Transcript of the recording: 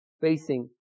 facing